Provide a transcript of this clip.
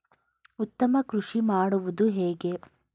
ಉತ್ತಮ ಕೃಷಿ ಮಾಡುವುದು ಹೇಗೆ?